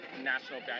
National